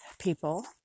people